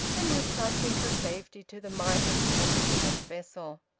and was trusting for safety to the might of the obstinate vessel.